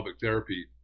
therapy